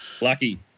Lucky